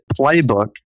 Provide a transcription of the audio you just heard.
playbook